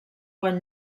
bon